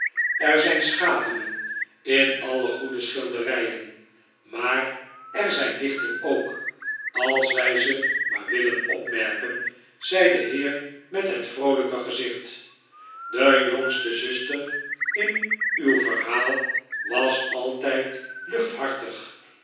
er zijn schaduwen in alle goede schilderijen maar er zijn lichten ook als wij ze maar willen opmerken zei de heer met het vroolijke gezicht de jongste zuster in uw verhaal was altijd